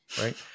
right